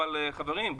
אבל חברים,